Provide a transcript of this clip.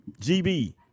GB